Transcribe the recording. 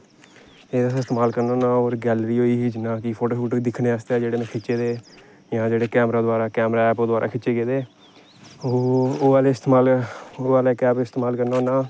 में इस्तेमाल करना होना ओह् ऐ गेलरी होई गेई जियां फोटो दिक्खने आस्तै जेहडे़ खिच्चे दे जां जेहडे़ कैमरे दबारा कैमरे दवारा खिच्चे गेदे ओह् आहले इस्तेमाल ऐप इस्तेमाल करना होन्ना